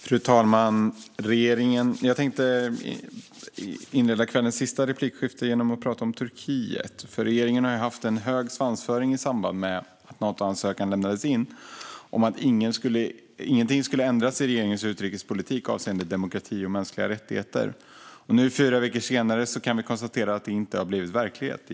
Fru talman! Jag tänkte inleda kvällens sista replikskifte med att prata om Turkiet. Regeringen har haft en hög svansföring i samband med att Natoansökan lämnades in. Ingenting skulle ändras i regeringens utrikespolitik avseende demokrati och mänskliga rättigheter. Nu, fyra veckor senare, kan vi konstatera att detta inte har blivit verklighet.